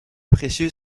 précieux